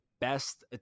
best